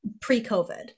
pre-COVID